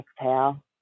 exhale